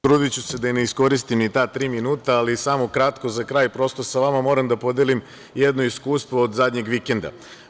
Potrudiću se da ne iskoristim ni ta tri minuta, ali samo kratko, za kraj, prosto sa vama moram da podelim jedno iskustvo od poslednjeg vikenda.